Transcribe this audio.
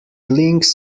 links